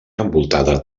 envoltada